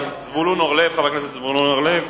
חבר הכנסת זבולון אורלב.